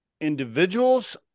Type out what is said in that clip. individuals